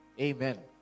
Amen